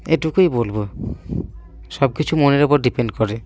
এটুকুই বলব সব কিছু মনের উপর ডিপেন্ড করে